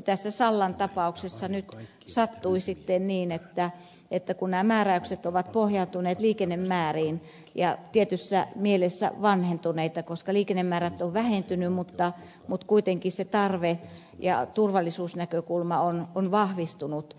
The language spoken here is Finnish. tässä sallan tapauksessa nyt sattui sitten niin että kun nämä määräykset ovat pohjautuneet liikennemääriin ja ovat tietyssä mielessä vanhentuneita koska liikennemäärät ovat vähentyneet mutta kuitenkin se tarve ja turvallisuusnäkökulma on vahvistunut